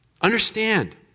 Understand